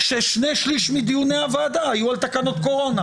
ששני שליש מדיוני הוועדה היו על תקנות קורונה,